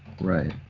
Right